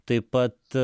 taip pat